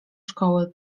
szkoły